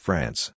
France